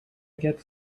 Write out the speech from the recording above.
get